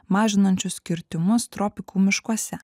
mažinančius kirtimus tropikų miškuose